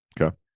Okay